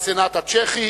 גם בסנאט הצ'כי.